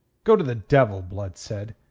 go to the devil! blood said,